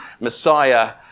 Messiah